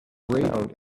sound